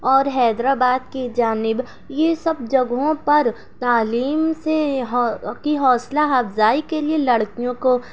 اور حیدر آباد کی جانب یہ سب جگہوں پر تعلیم سے ہو کی حوصلہ افزائی کے لیے لڑکیوں کو